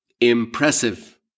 impressive